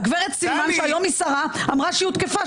הגברת סילמן, שהיום היא שרה, אמרה שהיא הותקפה.